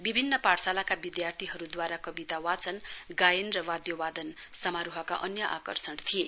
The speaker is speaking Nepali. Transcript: विभिन्न पाठशालाका विद्यार्थीहरूद्वारा कविता वाचन गायन र वाद्य वादन समारोहको अन्य आकर्षण थिए